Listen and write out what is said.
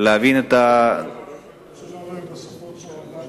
להבין את, רוב ההנחיות הן בשפות שאמרת